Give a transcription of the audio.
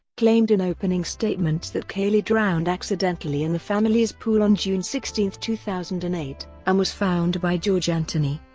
claimed in opening statements that caylee drowned accidentally in the family's pool on june sixteen, two thousand and eight, and was found by george anthony,